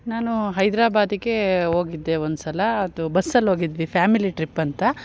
ನಾನು ಹೈದ್ರಾಬಾದಿಗೆ ಹೋಗಿದ್ದೆ ಒಂದು ಸಲ ಅದು ಬಸ್ಸಲ್ಲಿ ಹೋಗಿದ್ವಿ ಫ್ಯಾಮಿಲಿ ಟ್ರಿಪ್ ಅಂತ